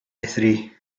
three